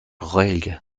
ghaeilge